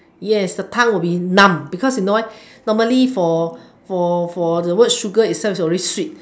yes the tongue will be numb because you know why normally for for for the word sugar itself already sweet